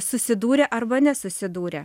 susidūrė arba nesusidūrė